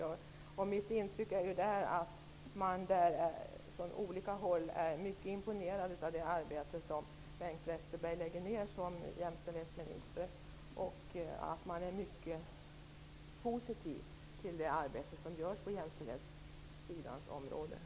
Jag har ett intryck av att man från olika håll är mycket imponerad av det arbete som Bengt Westerberg i sin egenskap av jämställdhetsminister lägger ner samt av att man är mycket positiv till det arbete som görs på jämställdhetssidan.